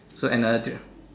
so another diff